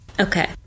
Okay